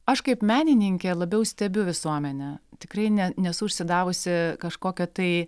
aš kaip menininkė labiau stebiu visuomenę tikrai ne nesu užsidavusi kažkokio tai